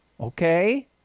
Okay